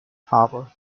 harbour